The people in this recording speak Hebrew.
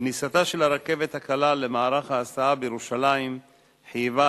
כניסתה של הרכבת הקלה למערך ההסעה בירושלים חייבה